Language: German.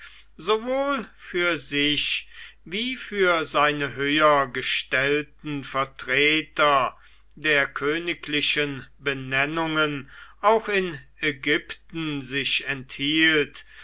sowohl für sich wie für seine höher gestellten vertreter der königlichen benennungen auch in ägypten sich enthielt